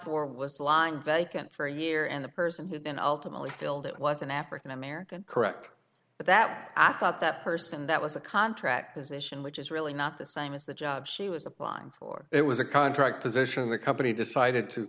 for was lying vacant for a year and the person who then ultimately killed it was an african american correct but that i thought that person that was a contract position which is really not the same as the jobs she was applying for it was a contract position the company decided to